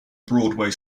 broadway